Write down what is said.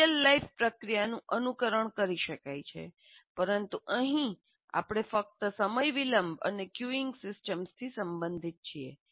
એક real life પ્રક્રિયા નુંઅનુકરણ કરી શકાય છે પરંતુ અહીં આપણે ફક્ત સમય વિલંબ અને ક્યુઇંગ સિસ્ટમ્સથી સંબંધિત છીએ